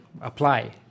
apply